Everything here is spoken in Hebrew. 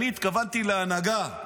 אני התכוונתי להנהגה,